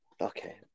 Okay